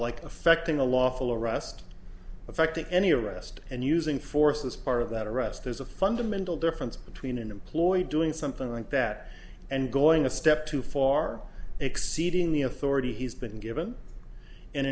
like affecting a lawful arrest affecting any arrest and using force as part of that arrest there's a fundamental difference between an employee doing something like that and going a step too far exceeding the authority he's been given in